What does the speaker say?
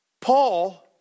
Paul